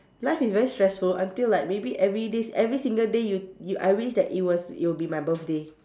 life is very stressful until like maybe everyday every single day you you I wish that it was it will be my birthday